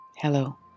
Hello